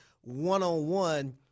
one-on-one